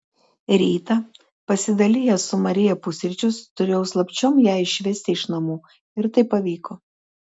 rytą pasidalijęs su marija pusryčius turėjau slapčiom ją išvesti iš namų ir tai pavyko